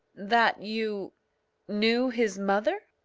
that you knew his mother?